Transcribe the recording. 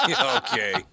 Okay